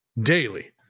daily